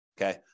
Okay